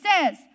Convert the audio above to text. says